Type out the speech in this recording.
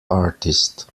artist